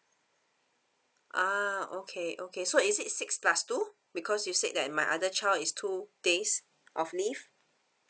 ah okay okay so is it six plus two because you said that my other child is two days of leave